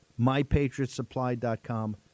MyPatriotSupply.com